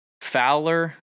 Fowler